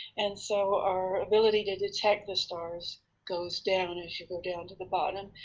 and so our ability to detect the stars goes down as you go down to the bottom.